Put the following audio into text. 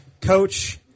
Coach